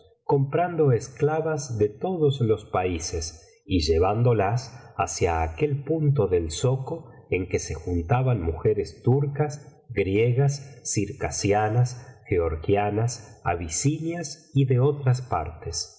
comprando esclavas de todos los países y llevándolas hacia aquel punto del zoco en que se juntaban mujeres turcas griegas circasianas georgianas abisinias y de otras partes